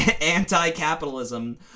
anti-capitalism